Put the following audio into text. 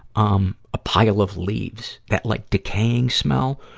um, a pile of leaves, that like decaying smell,